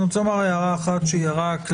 אני רוצה להעיר הערה אחת כללית.